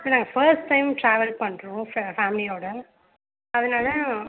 நாங்கள் first time travel பண்ணுறோம் ஃபேமிலியோடு அதனால்